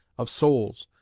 of souls,